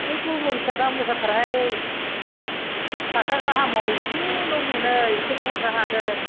बे गलमरिसा दाम गोसाथारहाय बिसथाखा गाहामाव इसेल' मोनो इसेल' हारनो हागोन